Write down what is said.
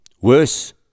Worse